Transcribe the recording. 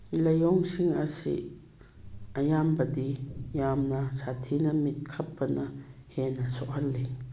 ꯂꯥꯏꯑꯣꯡꯁꯤꯡ ꯑꯁꯤ ꯑꯌꯥꯕꯗꯤ ꯌꯥꯝꯅ ꯁꯥꯊꯤꯅ ꯃꯤꯠ ꯈꯞꯄꯅ ꯍꯦꯟꯅ ꯁꯣꯛꯍꯜꯂꯤ